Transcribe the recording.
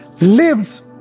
lives